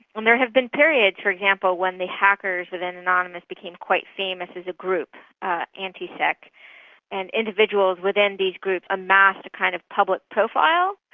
um there have been periods for example, when the hackers within anonymous became quite famous as a group antisec and individuals within these groups amassed a kind of public profile.